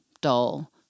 dull